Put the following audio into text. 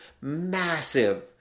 massive